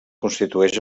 constitueix